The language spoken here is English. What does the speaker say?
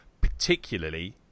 Particularly